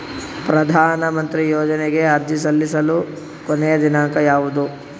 ಪ್ರಧಾನ ಮಂತ್ರಿ ಯೋಜನೆಗೆ ಅರ್ಜಿ ಸಲ್ಲಿಸಲು ಕೊನೆಯ ದಿನಾಂಕ ಯಾವದು?